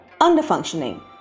under-functioning